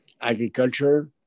agriculture